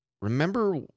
Remember